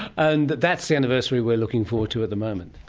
and that's the anniversary we're looking forward to at the moment?